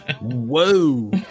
Whoa